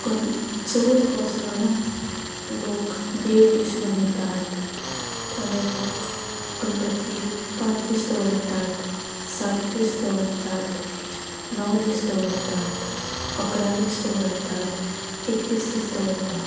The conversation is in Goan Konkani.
गण चवथ हो सण लोक देड दीस मनयतात थोडे लोक गणपतीक पांच दीस दवरतात सात दीस दवरतात णव दीस दवरतात अकरा दीस दवरतात एकवीस दीस दवरतात